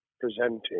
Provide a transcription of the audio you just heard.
presenting